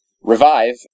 Revive